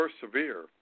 persevere